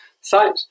site